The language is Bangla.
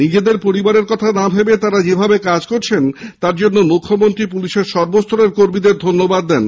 নিজেদের পরিবারের কথা না ভেবে তাঁরা যেভাবে কাজ করছেন তার জন্য মুখ্যমন্ত্রী পুলিশের সর্বস্তরের কর্মীদের ধন্যবাদ দেন